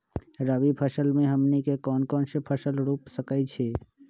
रबी फसल में हमनी के कौन कौन से फसल रूप सकैछि?